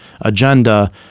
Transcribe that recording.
agenda